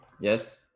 yes